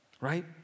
Right